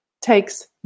takes